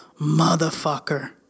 motherfucker